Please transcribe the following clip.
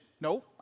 No